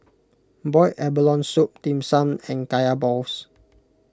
Boiled Abalone Soup Dim Sum and Kaya Balls